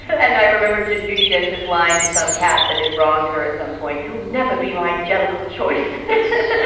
and i remember judi dench as line to some cat that had wronged her. at some point you'll never be my jellicoe choice.